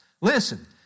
Listen